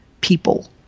people